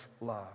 love